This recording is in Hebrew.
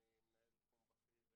אני מנהל תחום בכיר,